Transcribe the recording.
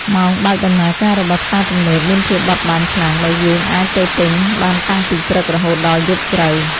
ម៉ោងបើកដំណើរការរបស់ផ្សារទំនើបមានភាពបត់បែនខ្លាំងដោយយើងអាចទៅទិញបានតាំងពីព្រឹករហូតដល់យប់ជ្រៅ។